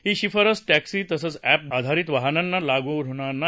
ही शिफारस टॅक्सी तसंच अँप आधारित वाहनांना लागू होणार नाही